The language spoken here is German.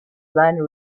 seine